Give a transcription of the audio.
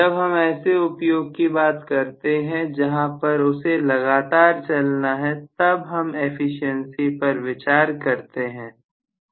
जब हम ऐसे उपयोग की बात करते हैं जहां पर उसे लगातार चलना है तब हम एफिशिएंसी पर विचार करते हैं